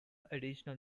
additional